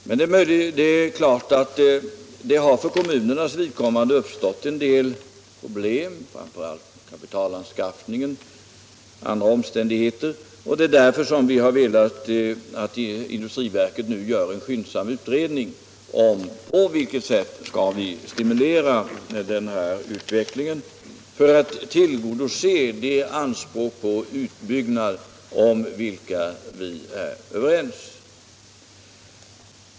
Men det har självfallet för kommunerna uppstått en del problem, framför allt med kapitalanskaffningen, och det är därför som vi har önskat att industriverket nu skall göra en skyndsam utredning om på vilket sätt vi skall stimulera denna utveckling för att tillgodose de anspråk på utbyggnad om vilka man här är överens.